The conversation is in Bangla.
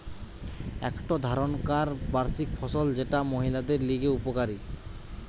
একটো ধরণকার বার্ষিক ফসল যেটা মহিলাদের লিগে উপকারী